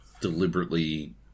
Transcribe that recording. deliberately